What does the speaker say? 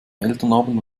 elternabend